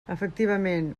efectivament